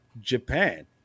Japan